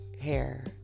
hair